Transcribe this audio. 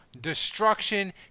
Destruction